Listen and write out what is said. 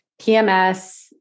PMS